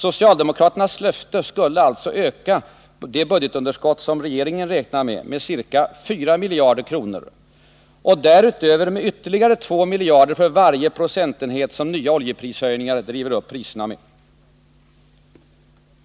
Socialdemokraternas löfte skulle således öka budgetunderskottet med ca 4 miljarder kronor och därutöver med ytterligare 2 miljarder för varje procentenhet som nya oljeprishöjningar driver upp priserna.